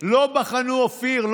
לא בחנו, אופיר.